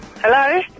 Hello